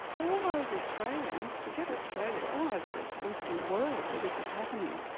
all over australia, and forget australia all over the western world where this is happening,